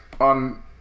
on